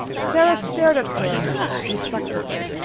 sara stared at her a minute reflectively.